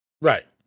right